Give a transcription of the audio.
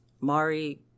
Mari